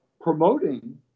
promoting